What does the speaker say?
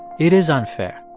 it is unfair.